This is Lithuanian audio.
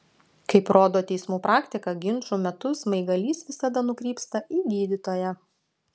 kaip rodo teismų praktika ginčų metu smaigalys visada nukrypsta į gydytoją